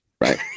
right